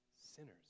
sinners